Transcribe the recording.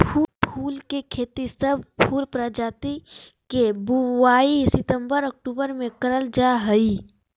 फूल के खेती, सब फूल प्रजाति के बुवाई सितंबर अक्टूबर मे करल जा हई